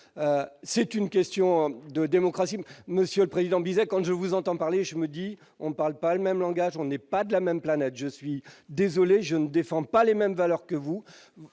c'est une question de démocratie, monsieur le Président, Bizet, quand je vous entends parler, je me dis : on ne parle pas le même langage, on n'est pas de la même planète je suis désolé, je ne défends pas les mêmes valeurs que vous